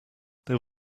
there